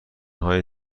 های